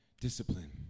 discipline